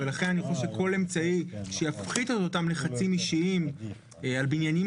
ולכן אני חושב שכל אמצעי שיפחית את אותם לחצים אישיים על בניינים